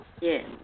Yes